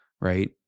right